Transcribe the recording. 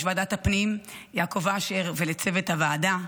ועדת הפנים יעקב אשר ולצוות הוועדה,